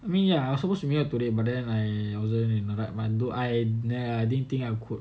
I mean ya I was suppose to meet y'all today but then I I wasn't in my right mind though I I didn't think I could